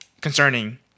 concerning